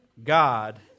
God